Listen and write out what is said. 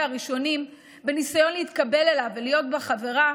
הראשונים בניסיון להתקבל אליו ולהיות בחברה,